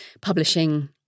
publishing